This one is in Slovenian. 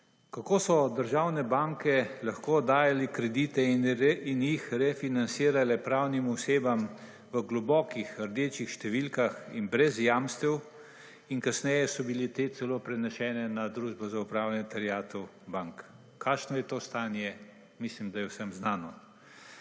Kako so državne banke lahko dajali kredite in jih refinancirale pravnim osebam v globokih rdečih številkah in brez jamstev in kasneje so bile ti celo prenesene na Družbo za upravljanje terjatev bank? Kakšno je to stanje mislim, da je vsem znano.